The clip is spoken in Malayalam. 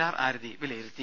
ആർ ആരതി വിലയിരുത്തി